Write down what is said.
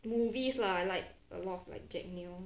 movies lah like a lot of like jack neo